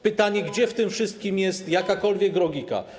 Pytanie: Gdzie w tym wszystkim jest jakakolwiek logika?